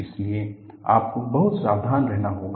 इसलिए आपको बहुत सावधान रहना होगा